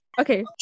Okay